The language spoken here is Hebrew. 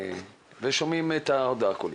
שומעים את ההודעה הקולית.